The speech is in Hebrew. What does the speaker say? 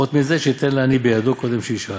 פחות מזה, שייתן לעני בידו קודם שישאל.